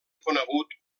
conegut